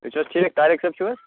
أسۍ حظ چھِ ٹھیٖک طاریق صٲب چھُو حظ